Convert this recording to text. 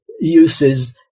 uses